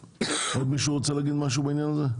עוד מישהו רוצה להגיד משהו בעניין הזה?